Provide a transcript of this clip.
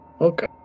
okay